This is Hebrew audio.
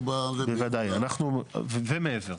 בוודאי, ומעבר.